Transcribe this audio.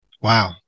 Wow